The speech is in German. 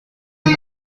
den